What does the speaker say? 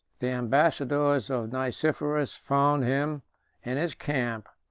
the ambassadors of nicephorus found him in his camp,